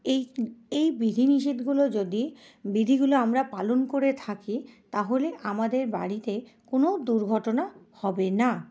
এই এই বিধি নিষেধগুলো যদি বিধিগুলো আমরা পালন করে থাকি তাহলে আমাদের বাড়িতে কোন দুর্ঘটনা হবে না